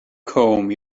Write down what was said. comb